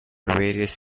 various